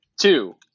Two